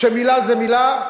שמלה זה מלה.